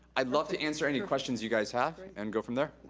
i'd love to answer any questions you guys have, and go from there.